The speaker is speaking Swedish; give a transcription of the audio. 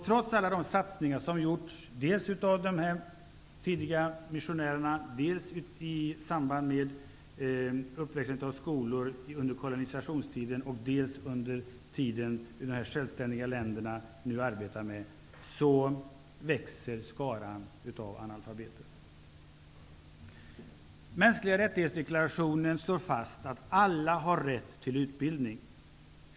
Trots alla de satsningar som gjorts, dels av de tidiga missionärerna, dels i samband med byggandet av skolor under kolonisationstiden, dels under dessa länders nuvarande självständighet, så växer skaran av analfabeter. Deklarationen om de mänskliga rättigheterna slår fast att alla har rätt till utbildning.